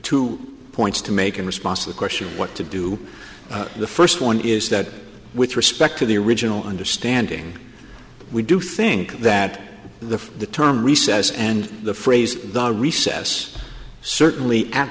two points to make in response to the question what to do the first one is that with respect to the original understanding we do think that the the term recess and the phrase recess certainly at